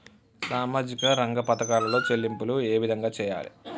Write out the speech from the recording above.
సామాజిక రంగ పథకాలలో చెల్లింపులు ఏ విధంగా చేయాలి?